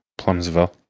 Plumsville